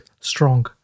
strong